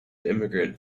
immigrant